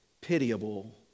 pitiable